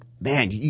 man